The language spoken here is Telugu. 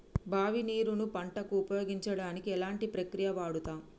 బావి నీరు ను పంట కు ఉపయోగించడానికి ఎలాంటి ప్రక్రియ వాడుతం?